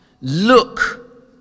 look